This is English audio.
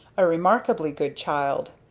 a remarkably good child.